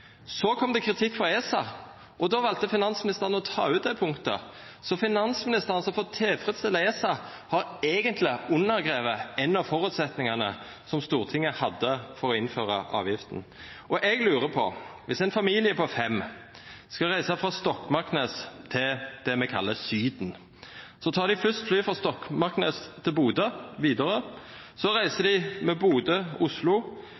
Så kom det kritikk frå ESA, og då valde finansministeren å ta ut dei punkta. For å tilfredsstilla ESA har finansministeren eigentleg undergrave ein av føresetnadene som Stortinget hadde for å innføra avgifta. Eg lurer på dette: Viss ein familie på fem skal reisa frå Stokmarknes til det me kallar Syden, tek dei først Widerøe-fly frå Stokmarknes til Bodø. Så reiser dei frå Bodø til Oslo